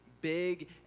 big